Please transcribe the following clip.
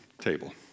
table